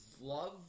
love